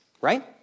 right